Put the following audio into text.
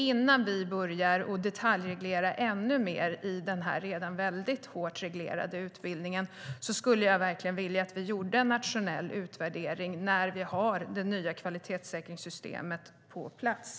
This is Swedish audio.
Innan vi börjar detaljreglera ännu mer i den här redan hårt reglerade utbildningen skulle jag vilja att vi gjorde en nationell utvärdering när vi har det nya kvalitetssäkringssystemet på plats.